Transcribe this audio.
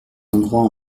endroit